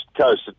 coast